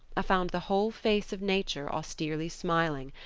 found the whole face of nature austerely smiling,